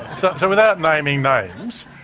so so without naming names,